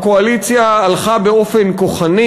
הקואליציה הלכה באופן כוחני,